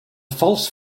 false